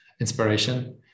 inspiration